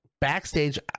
backstage